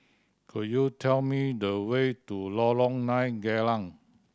could you tell me the way to Lorong Nine Geylang